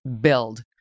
build